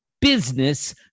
business